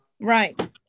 Right